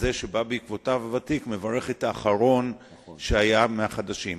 הנואם הוותיק שבא בעקבותיו מברך את האחרון שדיבר מהחדשים.